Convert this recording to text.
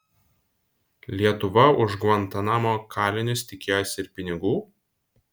lietuva už gvantanamo kalinius tikėjosi ir pinigų